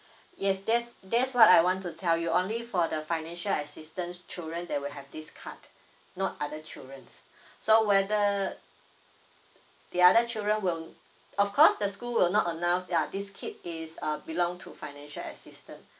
yes that's that's what I want to tell you only for the financial assistance children they will have this card not other children so whether the other children will of course the school will not announce ya this kid is uh belong to financial assistance